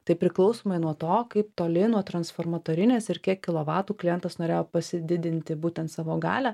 tai priklausomai nuo to kaip toli nuo transformatorinės ir kiek kilovatų klientas norėjo pasididinti būtent savo galią